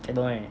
I don't know eh